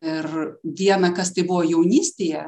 ir dieną kas tai buvo jaunystėje